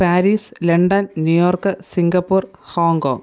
Paris London New York Singapore Hong Kong